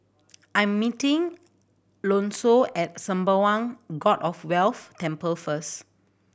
I'm meeting Alonso at Sembawang God of Wealth Temple first